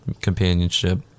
companionship